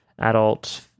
adult